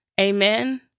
Amen